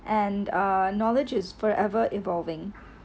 and uh knowledge is forever evolving